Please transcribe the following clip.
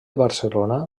barcelona